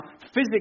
physically